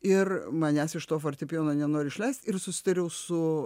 ir manęs iš to fortepijono nenori išleist ir susitariau su